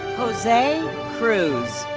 jose cruz.